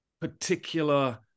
particular